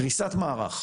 קריסת מערך.